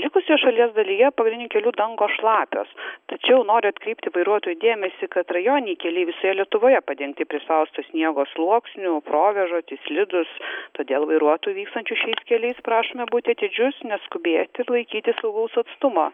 likusioj šalies dalyje pagrindinių kelių dangos šlapios tačiau noriu atkreipti vairuotojų dėmesį kad rajoniniai keliai visoje lietuvoje padengti prispausto sniego sluoksniu provėžoti slidūs todėl vairuotojų vykstančių šiais keliais prašome būti atidžius neskubėti ir laikytis saugaus atstumo